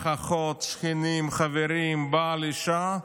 אח, אחות, שכנים, חברים, בעל, אישה,